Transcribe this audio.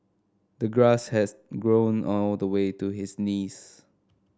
the grass has grown all the way to his knees